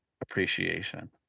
appreciation